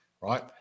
right